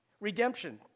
Redemption